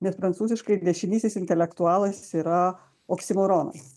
nes prancūziškai dešinysis intelektualas yra oksimoronas